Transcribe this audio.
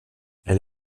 elle